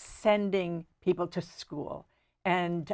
sending people to school and